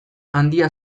handia